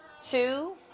two